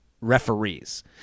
referees